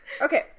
Okay